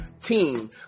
team